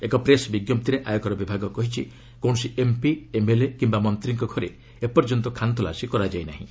ଏକ ପ୍ରେସ୍ ବିଜ୍ଞପ୍ତିରେ ଆୟକର ବିଭାଗ କହିଛି କୌଣସି ଏମ୍ପି ଏମ୍ଏଲ୍ଏ କିୟା ମନ୍ତ୍ରୀଙ୍କ ଘରେ ଏପର୍ଯ୍ୟନ୍ତ ଖାନତଲାସୀ କରାଯାଇ ନାହିଁ